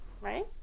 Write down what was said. right